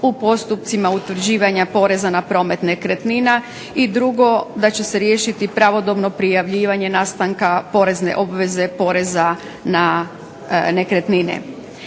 u postupcima utvrđivanja poreza na promet nekretnina. I drugo da će se riješiti pravodobno prijavljivanje nastanka porezne obveze poreza na nekretnine.